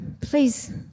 please